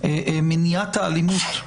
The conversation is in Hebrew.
מניעת האלימות,